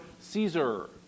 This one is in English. Caesar